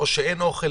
שאין אוכל,